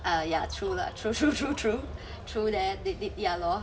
uh ya lah true lah true true true true true leh ya lor